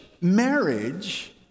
marriage